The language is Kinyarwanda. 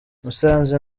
musanze